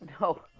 No